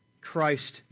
Christ